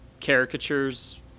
caricatures